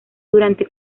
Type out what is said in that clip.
durante